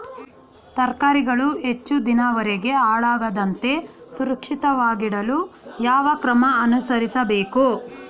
ತರಕಾರಿಗಳು ಹೆಚ್ಚು ದಿನದವರೆಗೆ ಹಾಳಾಗದಂತೆ ಸುರಕ್ಷಿತವಾಗಿಡಲು ಯಾವ ಕ್ರಮ ಅನುಸರಿಸಬೇಕು?